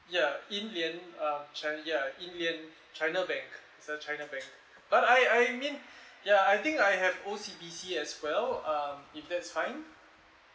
ya yi lian uh china ya yi lian china bank it's a china bank but I I mean ya I think I have O_C_B_C as well um if that's fine